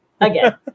Again